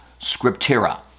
scriptura